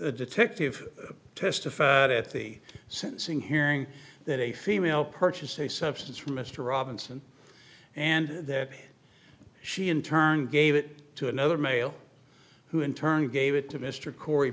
the detective testified at the sentencing hearing that a female purchased a substance from mr robinson and that she in turn gave it to another male who in turn gave it to mr corey